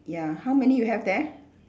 ya how many you have there